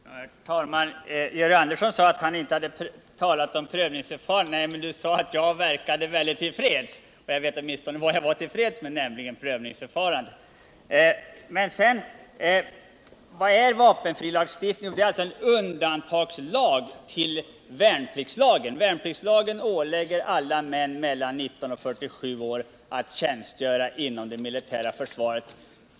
Herr talman! Georg Andersson sade att han inte hade talat om prövningsförfarandet. Nej, men han sade att jag verkade väldigt till freds, och jag vet åtminstone vad jag var till freds med, nämligen prövningsförfarandet. Vad är vapenfrilagstiftningen? Jo, det är en undantagslag till värnpliktslagen. Värnpliktslagen ålägger män mellan 19 och 47 år att tjänstgöra inom det militära försvaret.